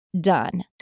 done